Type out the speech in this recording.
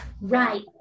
right